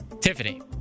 Tiffany